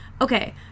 Okay